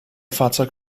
fahrzeug